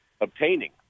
obtaining